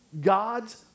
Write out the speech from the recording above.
God's